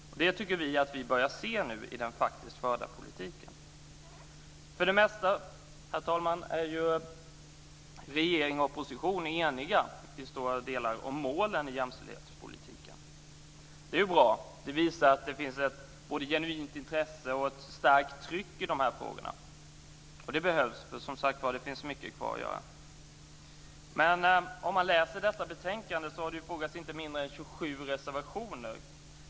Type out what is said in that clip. Vi tycker att vi börjar se det nu i den faktiskt förda politiken. Herr talman! Regeringen och oppositionen är ju för det mesta eniga om målen i jämställdhetspolitiken. Det är bra. Det visar att det finns ett genuint intresse och ett starkt tryck i de här frågorna. Det behövs. Det finns mycket kvar att göra. Men om man läser detta betänkande kan man se att det innehåller inte mindre än 27 reservationer.